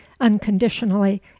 unconditionally